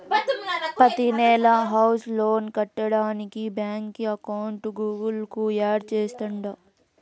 ప్రతినెలా house loan కట్టేదానికి బాంకీ అకౌంట్ గూగుల్ కు యాడ్ చేస్తాండా